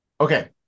okay